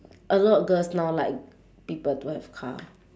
a lot girls now like people don't have a car